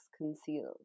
concealed